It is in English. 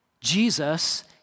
Jesus